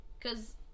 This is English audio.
cause